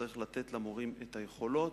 צריך לתת למורים את היכולות,